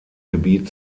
gebiet